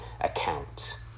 account